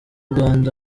rwanda